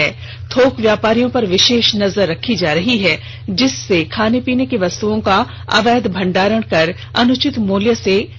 खासकर थोक व्यापारियों पर विशेष नजर रखी जा रही है जिसे खाने पीने की वस्तुओं का अवैध भंडारण कर अनुचित मूल्य से ना बेची जाए